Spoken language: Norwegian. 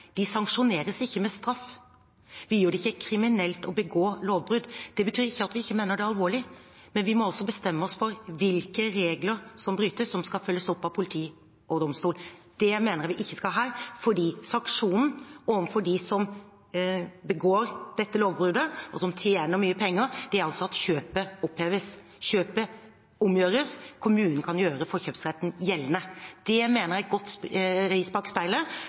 De sanksjoneres ikke med straff, vi gjør det ikke kriminelt å begå lovbrudd. Det betyr ikke at vi ikke mener det er alvorlig, men vi må altså bestemme oss for hvilke regler som brytes som skal følges opp av politi og domstol. Det mener jeg man ikke skal her. Sanksjonen overfor dem som begår dette lovbruddet, og som tjener mye penger, er altså at kjøpet oppheves. Kjøpet omgjøres, og kommunen kan gjøre forkjøpsretten gjeldende. Det mener jeg er et godt